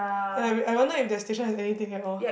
and I I wonder if that station has anything at all